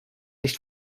nicht